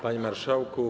Panie Marszałku!